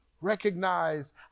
recognize